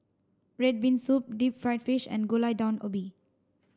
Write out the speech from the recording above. red bean soup deep fried fish and Gulai Daun Ubi